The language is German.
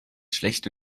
schlechte